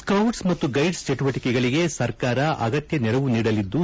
scouts ಮತ್ತು guides ಚಟುವಟಕೆಗಳಿಗೆ ಸರ್ಕಾರ ಅಗತ್ಯ ನೆರವು ನೀಡಲಿದ್ದು